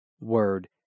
Word